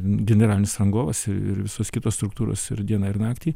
generalinis rangovas ir visos kitos struktūros ir dieną ir naktį